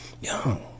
Young